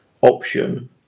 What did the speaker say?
option